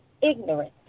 ignorance